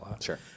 Sure